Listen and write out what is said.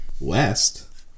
west